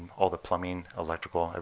all the plumbing, electrical,